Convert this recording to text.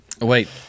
Wait